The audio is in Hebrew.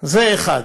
זה אחד.